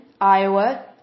Iowa